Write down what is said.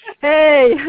Hey